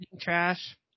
trash